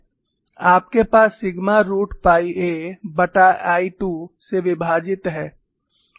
आपके पास sigma root pi aI 2 से विभाजित है